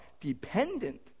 dependent